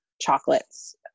chocolates